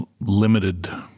limited